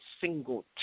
single